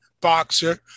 boxer